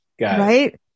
Right